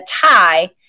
tie